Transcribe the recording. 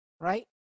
right